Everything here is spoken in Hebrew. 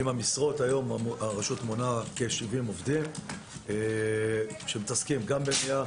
עם המשרות הרשות מונה היום כ-70 עובדים שמתעסקים גם במניעה,